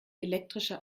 elektrische